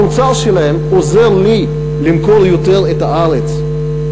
המוצר שלהם עוזר לי למכור יותר את הארץ.